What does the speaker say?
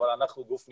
אבל אנחנו גוף מקצועי.